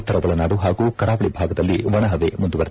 ಉತ್ತರ ಒಳನಾಡು ಹಾಗೂ ಕರಾವಳಿ ಭಾಗದಲ್ಲಿ ಒಣ ಪವೆ ಮುಂದುವರಿದಿದೆ